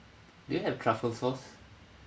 do you have truffle sauce